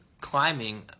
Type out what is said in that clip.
climbing